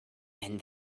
and